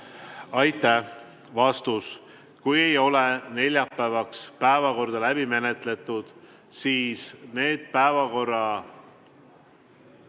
Aitäh! Vastus. Kui ei ole neljapäevaks päevakorda läbi menetletud, siis neid päevakorrapunkte